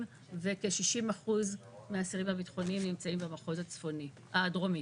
וכ-60% מהאסירים הביטחוניים נמצאים במחוז הדרומי.